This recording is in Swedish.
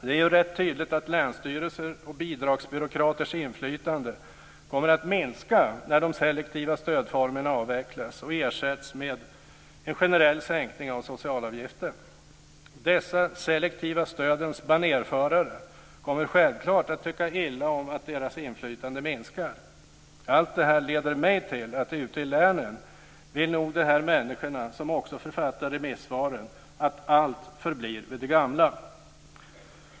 Det är rätt tydligt att länsstyrelsers och bidragsbyråkraters inflytande kommer att minska när de selektiva stödformerna avvecklas och ersätts med en generell sänkning av socialavgiften. Dessa de selektiva stödens banerförare kommer självklart att tycka illa om att deras inflytande minskar. Allt det här leder mig till att tro att ute i länen vill nog de här människorna, som också författar remissvaren, att allt förblir vid det gamla.